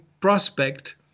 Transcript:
prospect